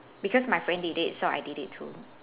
because my friend did it so I did it too